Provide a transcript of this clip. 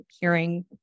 hearing